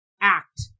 act